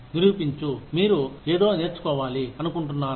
నిరూపించు మీరు ఏదో నేర్చుకోవాలి అనుకుంటున్నారని